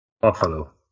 Buffalo